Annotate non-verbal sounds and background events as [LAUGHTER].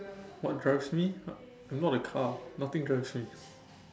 what drives me I'm not a car nothing drives me [BREATH]